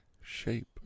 shape